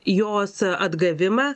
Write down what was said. jos atgavimą